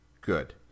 good